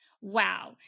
Wow